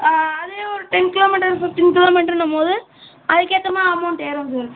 அதே ஒரு ten kilometers fifteen கிலோமீட்ருன்னும்போது அதற்கேத்த மாதிரி அமௌண்ட் ஏறும் சார்